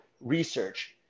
research